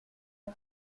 par